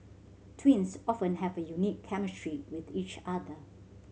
twins often have a unique chemistry with each other